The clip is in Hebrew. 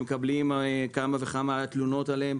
שמתקבלות כמה וכמה תלונות עליהם,